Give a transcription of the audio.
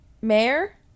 mayor